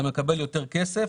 אתה מקבל יותר כסף.